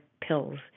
pills